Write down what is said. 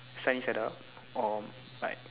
sunny side up or like